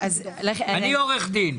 אני עורך דין.